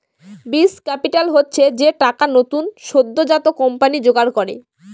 বীজ ক্যাপিটাল হচ্ছে যে টাকা নতুন সদ্যোজাত কোম্পানি জোগাড় করে